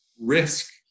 risk